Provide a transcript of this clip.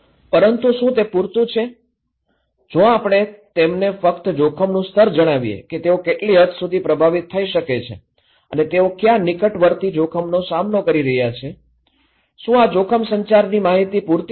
પરંતુ શું તે પૂરતું છે જો આપણે તેમને ફક્ત જોખમનું સ્તર જણાવીએ કે તેઓ કેટલી હદ સુધી પ્રભાવિત થઈ શકે છે અને તેઓ કયા નિકટવર્તી જોખમનો સામનો કરી રહ્યા છે શું આ જોખમ સંચારની માહિતી પૂરતી છે